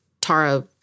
Tara